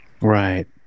Right